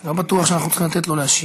לא בטוח שאנחנו צריכים לתת לו להשיב.